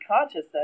consciousness